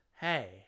Hey